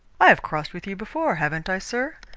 i have crossed with you before, haven't i, sir?